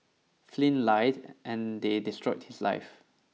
Flynn lied and they destroyed his life